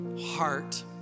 heart